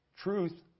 truth